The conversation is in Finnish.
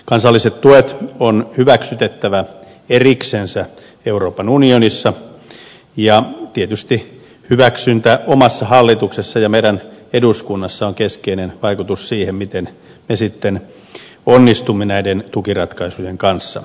kansalliset tuet on hyväksytettävä eriksensä euroopan unionissa ja tietysti hyväksynnällä omassa hallituksessa ja eduskunnassa on keskeinen vaikutus siihen miten me sitten onnistumme näiden tukiratkaisujen kanssa